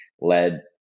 led